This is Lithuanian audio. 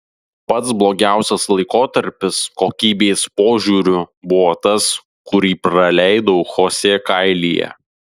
pats blogiausias laikotarpis kokybės požiūriu buvo tas kurį praleidau chosė kailyje